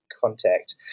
contact